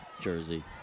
Jersey